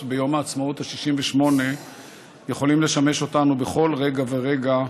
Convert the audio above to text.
ביום העצמאות ה-68 יכולים לשמש אותנו בכל רגע ורגע.